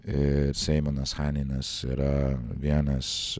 ir seimonas haninas yra vienas